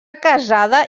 casada